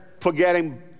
forgetting